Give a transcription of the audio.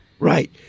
Right